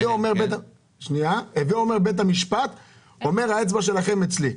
למעשה בית המשפט אומר שהאצבע שלנו אצלו,